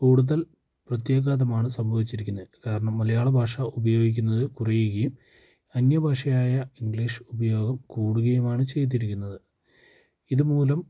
കൂടുതൽ പ്രത്യാഘാതമാണ് സംഭവിച്ചിരിക്കുന്നത് കാരണം മലയാള ഭാഷ ഉപയോഗിക്കുന്നത് കുറയുകയും അന്യഭാഷയായ ഇംഗ്ലീഷ് ഉപയോഗം കൂടുകയുമാണ് ചെയ്തിരിക്കുന്നത് ഇത് മൂലം